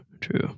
true